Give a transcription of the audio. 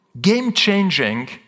game-changing